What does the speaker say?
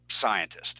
Scientist